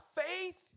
faith